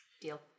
Deal